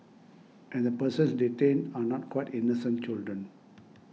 and the persons detained are not quite innocent children